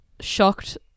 Shocked